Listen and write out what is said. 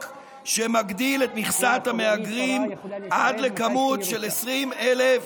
שמגדיל את מכסת המהגרים עד למספר של 20,000,